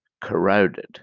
corroded